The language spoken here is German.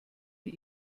die